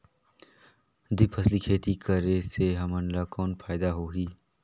दुई फसली खेती करे से हमन ला कौन फायदा होही?